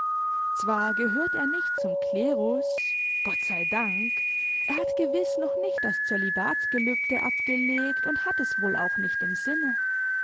zwar gehört er nicht zum klerus gott sei dank er hat gewiß noch nicht das zölibatsgelübde abgelegt und hat es wohl auch nicht im sinne